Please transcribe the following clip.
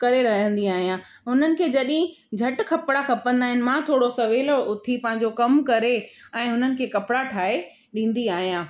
करे रहंदी आहियां उन्हनि खे जॾहिं झटि कपिड़ा खपंदा आहिनि मां थोरो सवेलु उथी पंहिंजो कमु करे ऐं उन्हनि खे कपिड़ा ठाहे ॾींदी आहियां